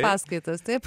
paskaitas taip